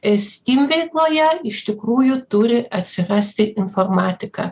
e stim veikloje iš tikrųjų turi atsirasti informatika